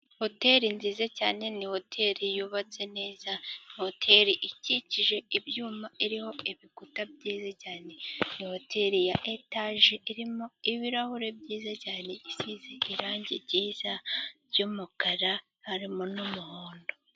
Hoteli nziza cyane, ni hoteli yubatse neza. Hoteli ikikije ibyuma iriho ibikuta byiza cyane. Ni hoteli ya etaje irimo ibirahure byiza cyane, isize irangi ryiza ry'umukara harimo n'umuhondo.